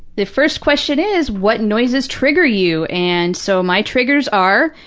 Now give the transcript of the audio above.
the first question is, what noises trigger you? and so my triggers are,